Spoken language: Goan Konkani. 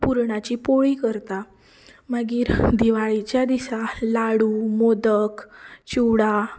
पुरणाची पोळी करता मागीर दिवाळेच्या दिसा लाडू मोदक चिवडा